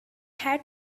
had